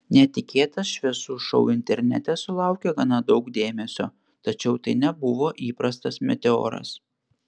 netikėtas šviesų šou internete sulaukė gana daug dėmesio tačiau tai nebuvo įprastas meteoras